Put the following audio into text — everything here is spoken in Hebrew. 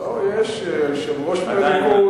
אבל היושב-ראש.